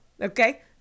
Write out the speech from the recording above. Okay